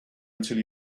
until